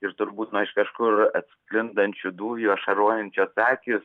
ir turbūt nuo iš kažkur atsklindančių dujų ašarojančios akys